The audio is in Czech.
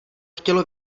chtělo